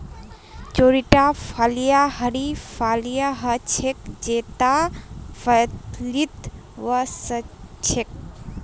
चौड़ीटा फलियाँ हरी फलियां ह छेक जेता फलीत वो स छेक